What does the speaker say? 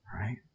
right